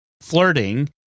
flirting